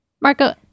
Marco